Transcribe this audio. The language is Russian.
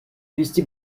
вести